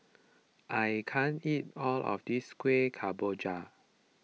I can't eat all of this Kueh Kemboja